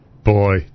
Boy